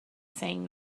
saying